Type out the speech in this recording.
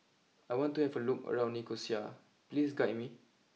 I want to have a look around Nicosia please guide me